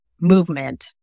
movement